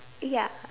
uh ya